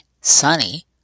sunny